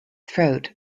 throat